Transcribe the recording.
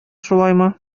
шулаймы